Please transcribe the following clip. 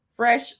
Fresh